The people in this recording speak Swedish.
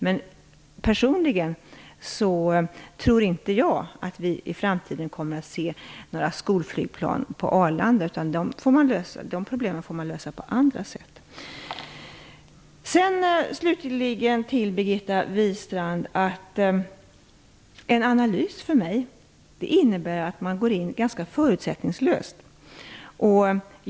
Jag personligen tror inte att vi i framtiden kommer att se några skolflygplan på Arlanda. De problemen får man lösa på andra sätt. Till Birgitta Wistrand vill jag säga att jag tycker att man, när man skall göra en analys, skall gå in ganska förutsättningslöst.